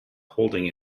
holding